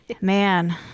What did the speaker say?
man